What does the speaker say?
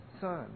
son